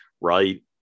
right